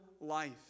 life